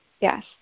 Yes